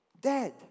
Dead